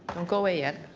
don't go away yet.